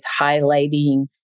highlighting